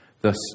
Thus